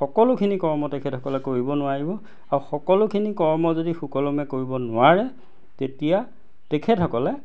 সকলোখিনি কৰ্ম তেখেতসকলে কৰিব নোৱাৰিব আৰু সকলোখিনি কৰ্ম যদি সুকলমে কৰিব নোৱাৰে তেতিয়া তেখেতসকলে